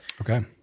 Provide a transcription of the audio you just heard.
Okay